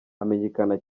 amenyekana